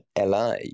LA